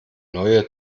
neue